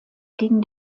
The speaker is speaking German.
gegen